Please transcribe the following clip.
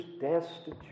destitute